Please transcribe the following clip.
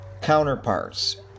counterparts